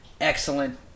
excellent